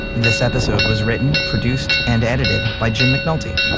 this episode was written, produced and edited by jim mcnulty.